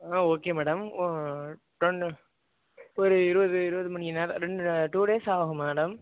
ஆ okay madam ஒ டொன்னு சரி இருபது இருபது மணி நேரம் ரெண்டு டூ டேஸ் ஆகும் மேடம்